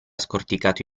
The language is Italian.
scorticato